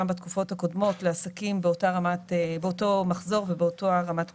בתקופות הקודמות לעסקים באותו מחזור ובאותה רמת פגיעה,